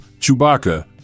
Chewbacca